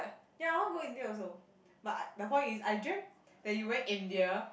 ya I want go India also but I the point is I dreamt that you went India